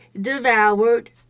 devoured